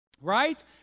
Right